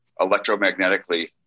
electromagnetically